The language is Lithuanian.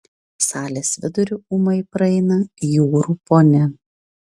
salės viduriu ūmai praeina jūrų ponia